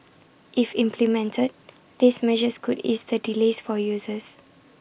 if implemented these measures could ease the delays for users